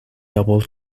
double